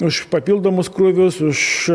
už papildomus krūvius už